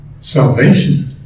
salvation